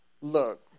look